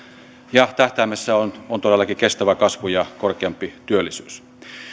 ja tähtäimessä on on todellakin kestävä kasvu ja korkeampi työllisyys